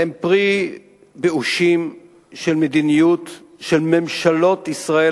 הם פרי באושים של מדיניות של ממשלות ישראל,